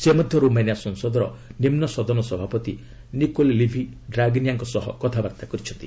ସେ ମଧ୍ୟ ରୋମାନିଆ ସଂସଦର ନିମ୍ବ ସଦନ ସଭାପତି ନିକୋଲେ ଲିଭି ଡ୍ରାଗନିଆଙ୍କ ସହ କଥାବାର୍ତ୍ତା କରିଛନ୍ତି